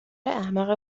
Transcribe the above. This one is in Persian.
احمق